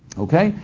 okay?